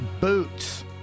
Boots